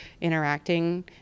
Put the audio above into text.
interacting